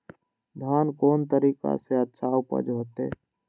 धान कोन तरीका से अच्छा उपज होते?